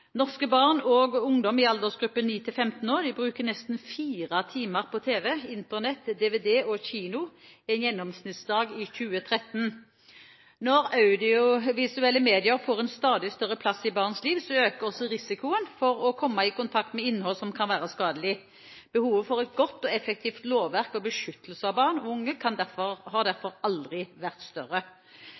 Norske barn og ungdom i aldersgruppen 9 til 15 år brukte nesten fire timer på tv, Internett, dvd og kino en gjennomsnittsdag i 2013. Når audiovisuelle medier får en stadig større plass i barns liv, øker også risikoen for å komme i kontakt med innhold som kan være skadelig. Behovet for et godt og effektivt lovverk for beskyttelse av barn og unge har derfor aldri vært større.